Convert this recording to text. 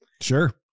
sure